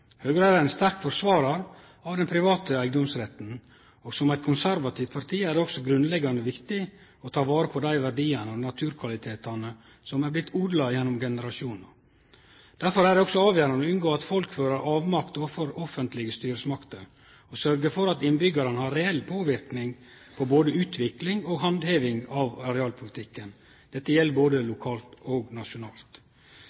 Høgre er ein sterk forsvarar av den private eigedomsretten, og som eit konservativt parti er det også grunnleggjande viktig å ta vare på dei verdiane og naturkvalitetane som har vorte odla gjennom generasjonar. Derfor er det også avgjerande å unngå at folk føler avmakt overfor offentlege styresmakter, og sørgje for at innbyggjarane har reell påverknad både på utvikling og handheving av arealpolitikken. Dette gjeld både